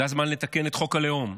זה הזמן לתקן את חוק הלאום,